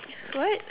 what